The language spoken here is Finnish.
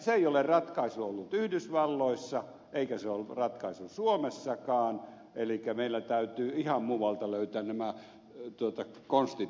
se ei ole ratkaisu ollut yhdysvalloissa eikä se ole ratkaisu suomessakaan elikkä meillä täytyy ihan muualta löytää nämä konstit